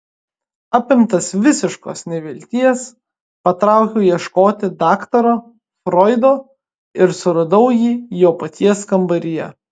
apimtas visiškos nevilties patraukiau ieškoti daktaro froido ir suradau jį jo paties kambaryje